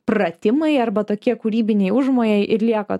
pratimai arba tokie kūrybiniai užmojai ir lieka